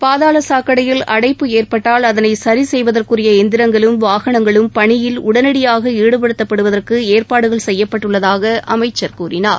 பாதாள சாக்கடையில் அடைப்பு ஏற்பட்டால் அதனை சரிசெய்வதற்குரிய எந்திரங்களும் வாகனங்களும் பணியில் உடனடியாக ஈடுபடுத்தப்படுவதற்கு ஏற்பாடுகள் செய்யப்பட்டுள்ளதாக அமைச்சர் கூறினார்